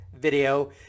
video